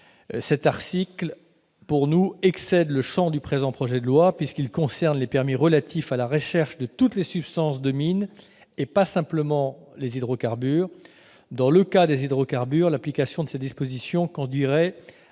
cet article excède, selon nous, le champ du présent projet de loi, puisqu'il concerne les permis relatifs à la recherche de toutes les substances de mines, et pas simplement les hydrocarbures. Dans le cas des hydrocarbures, l'application de ses dispositions conduirait à